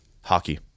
hockey